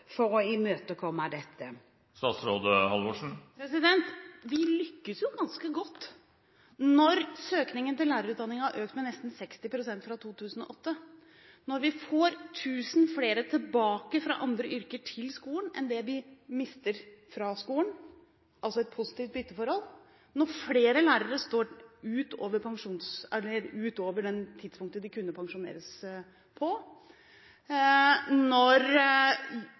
for å imøtekomme dette? Vi lykkes jo ganske godt når søkningen til lærerutdanningen har økt med neste 60 pst. fra 2008, når vi får 1 000 flere tilbake til skolen fra andre yrker enn dem vi mister fra skolen – altså et positivt bytteforhold – når flere lærere står i yrket utover det tidspunktet da de kunne pensjonert seg, og når